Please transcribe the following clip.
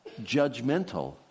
judgmental